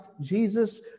Jesus